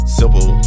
simple